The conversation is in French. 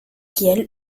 kiel